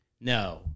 No